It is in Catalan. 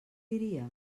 diria